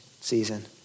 season